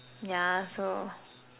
yeah so